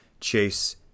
Chase